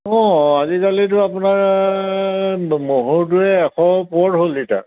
অঁ আজিকালিতো আপোনাৰ ব্ মহৰটোৱে এশৰ ওপৰত হ'ল লিটাৰ